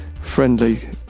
friendly